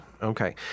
Okay